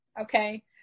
Okay